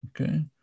Okay